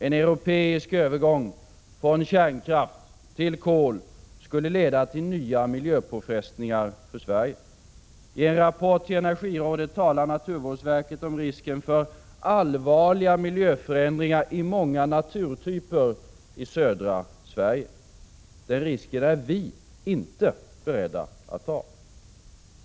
En europeisk övergång från kärnkraft till kol skulle leda till nya miljöpåfrestningar för Sverige. I en rapport till energirådet talar naturvårdsverket om risken för ”allvarliga miljöförändringar i många naturtyper i södra Sverige”. Den risken är vi inte beredda att ta.